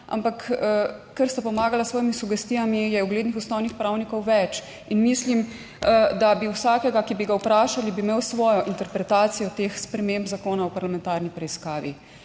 Ampak ker sta pomagala s svojimi sugestijami, je uglednih ustavnih pravnikov več in mislim, da bi vsak, ki bi ga vprašali, imel svojo interpretacijo teh sprememb Zakona o parlamentarni preiskavi.